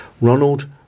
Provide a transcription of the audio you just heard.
Ronald